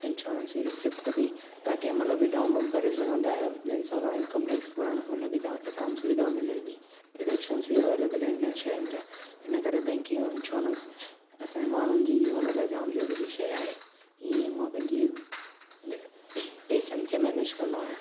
insurance जी receipt बि तव्हां कंहिं महिल बि डाउनलोड करे सघंदा आहियो जंहिं सां मां इनकम टेक्स भरणु महिल बि तव्हांखे जाम सुविधा मिले ॾिॾेकशंस बि अवेलेबल आहिनि हुन शयुनि जा इन करे बैंकिंग इंश्योरेंस असांजे माण्हुनि जी जीवन लाइ जाम ज़रुरी शै आहे ईअं मां पंहिंजे पैसनि खे मैनेज कंदो आहियां